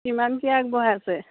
কিমান কি আগবঢ়াই আছে